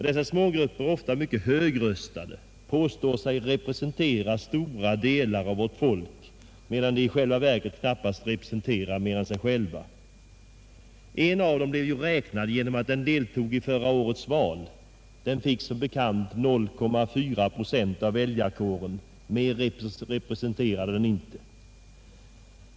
Dessa smågrupper är ofta mycket högröstade och påstår sig representera stora delar av vårt folk, medan de i själva verket knappast representerar flera än sig själva. En av dessa grupper blev ju räknad genöm att den deltog i förra årets val. Den samlade som bekant 0,4 procent av väljarkåren. Mer representerade den inte.